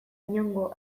inongo